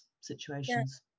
situations